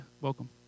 Welcome